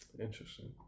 Interesting